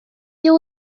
you